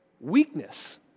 weakness